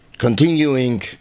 Continuing